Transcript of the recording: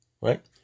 Right